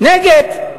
נגד.